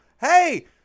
hey